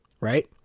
Right